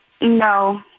No